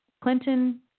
Clinton